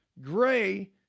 Gray